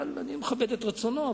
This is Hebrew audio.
אבל אני מכבד את רצונו.